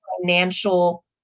financial